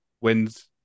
wins